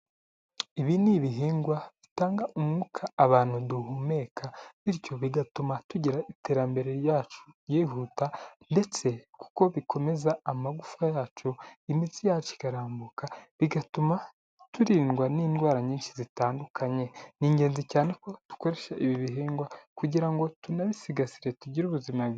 Ibi ni ibihingwa bitanga umwuka abantu duhumeka, bityo bigatuma tugira iterambere ryacu ryihuta ndetse kuko bikomeza amagufa yacu imitsi yacu ikarambuka, bigatuma turindwa n'indwara nyinshi zitandukanye. Ni ingenzi cyane ko dukoresha ibi bihingwa kugira ngo tunabisigasire tugire ubuzima bwiza.